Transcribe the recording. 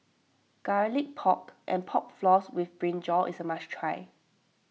Garlic Pork and Pork Floss with Brinjal is a must try